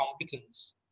competence